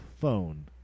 phone